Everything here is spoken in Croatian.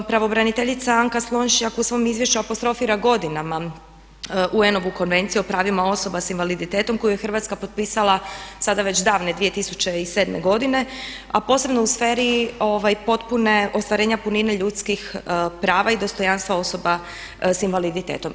Pravobraniteljica Anka Slonjšak u svom izvješću apostrofira godinama UN-ovu konvenciju o pravima osoba s invaliditetom koju je Hrvatska potpisala sada već davne 2007. godine a posebno u sferi potpune, ostvarenja punine ljudskih prava i dostojanstva osoba sa invaliditetom.